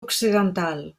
occidental